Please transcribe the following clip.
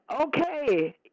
okay